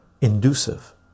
inducive